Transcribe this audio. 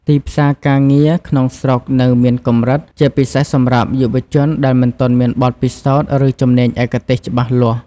ទីផ្សារការងារក្នុងស្រុកនៅមានកម្រិត ជាពិសេសសម្រាប់យុវជនដែលមិនទាន់មានបទពិសោធន៍ ឬជំនាញឯកទេសច្បាស់លាស់។